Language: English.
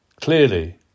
clearly